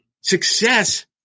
Success